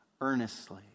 earnestly